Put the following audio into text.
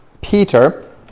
Peter